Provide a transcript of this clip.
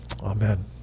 Amen